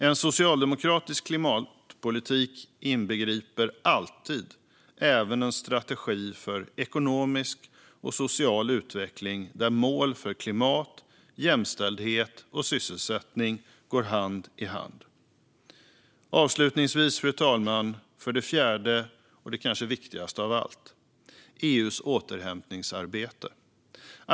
En socialdemokratisk klimatpolitik inbegriper alltid även en strategi för ekonomisk och social utveckling där mål för klimat, jämställdhet och sysselsättning går hand i hand. Avslutningsvis för det fjärde och kanske viktigaste av allt: EU:s återhämtningsarbete.